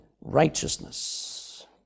righteousness